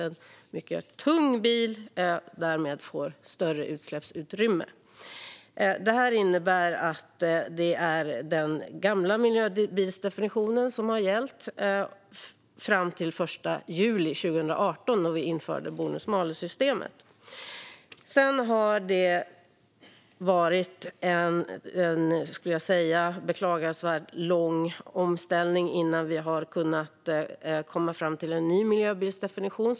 En mycket tung bil får därmed större utsläppsutrymme. Detta innebär att det är den gamla miljöbilsdefinitionen som har gällt fram till den 1 juli 2018, då vi införde bonus-malus-systemet. Sedan har det varit, skulle jag säga, en beklagansvärt lång omställning innan vi har kunnat komma fram till en ny miljöbilsdefinition.